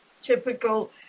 typical